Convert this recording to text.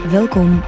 Welkom